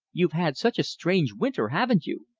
you've had such a strange winter, haven't you?